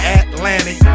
atlantic